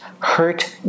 hurt